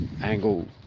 angle